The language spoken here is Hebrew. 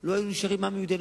לא היינו נשארים עם יהודי,